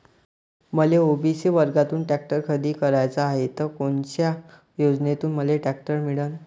मले ओ.बी.सी वर्गातून टॅक्टर खरेदी कराचा हाये त कोनच्या योजनेतून मले टॅक्टर मिळन?